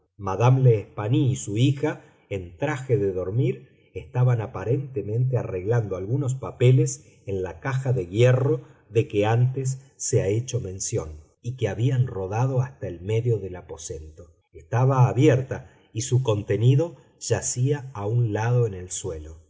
l'espanaye y su hija en traje de dormir estaban aparentemente arreglando algunos papeles en la caja de hierro de que antes se ha hecho mención y que habían rodado hasta el medio del aposento estaba abierta y su contenido yacía a un lado en el suelo